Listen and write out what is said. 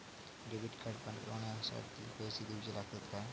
Debit card बनवण्याखाती पैसे दिऊचे लागतात काय?